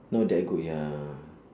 not that good ya